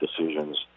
decisions